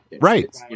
Right